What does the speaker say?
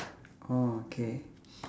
oh okay